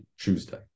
Tuesday